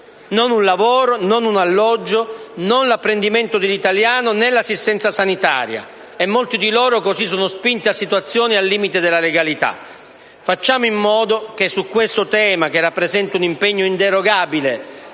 non un lavoro, non un alloggio, non l'apprendimento dell'italiano né l'assistenza sanitaria. E molti di loro così sono spinti in situazioni al limite della legalità. Facciamo in modo che su questo tema, che rappresenta un impegno inderogabile